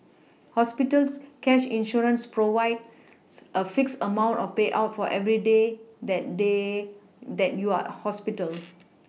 hospital cash insurance provides a fixed amount of payout for every day that they that you are hospital